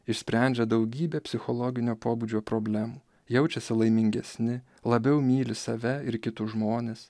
išsprendžia daugybę psichologinio pobūdžio problemų jaučiasi laimingesni labiau myli save ir kitus žmones